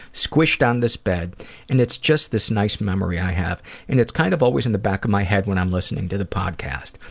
squished on this bed and it's just this nice memory i have and it's kind of always in the back of my head when i'm listening to the podcast.